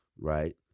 right